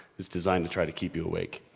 it's designed to try to keep you awake.